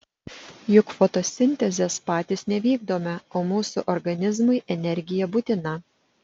juk fotosintezės patys nevykdome o mūsų organizmui energija būtina